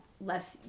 less